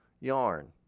yarn